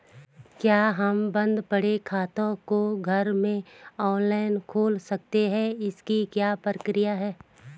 क्या हम बन्द पड़े खाते को घर में ऑनलाइन खोल सकते हैं इसकी क्या प्रक्रिया है?